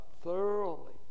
thoroughly